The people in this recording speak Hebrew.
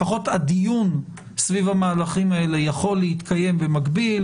לפחות הדיון סביב המהלכים הללו יכול להתקיים במקביל.